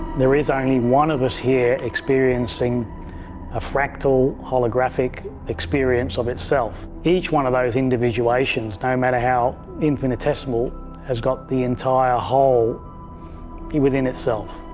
there is only one of us experiencing a fractal holographic experience of itself. each one of those individuations, no matter how infinitesimal has got the entire whole within itself.